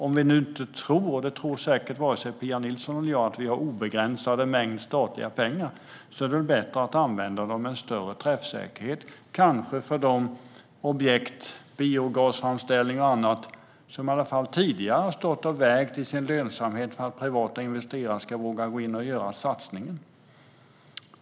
Om vi nu inte tror - det gör säkert varken Pia Nilsson eller jag - att vi har en obegränsad mängd statliga pengar är det bättre att använda dem med större träffsäkerhet, kanske för objekt som biogasframställning eller annat som i alla fall tidigare har stått och vägt i sin lönsamhet, så att privata investerare vågar gå in och satsa.